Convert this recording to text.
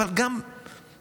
אבל גם מתוככם.